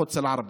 בערבית:)